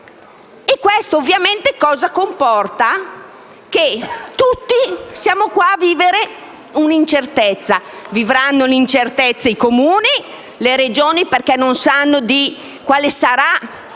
E questo cosa comporta? Che tutti siamo qua a vivere un'incertezza. Vivranno l'incertezza i Comuni e le Regioni, perché non sanno quale sarà